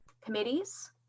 committees